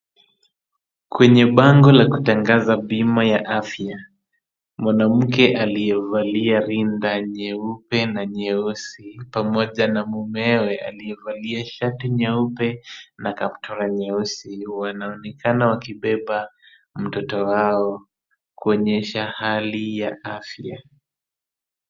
Kwenye bango la kutangaza bima ya afya. Mwanamke aliyevalia rinda nyeupe na nyeusi pamoja na mumewe aliyevalia shati nyeupe na kaptura nyeusi wanaonekana wakibeba mtoto wao kuonyesha hali ya afya.